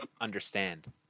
understand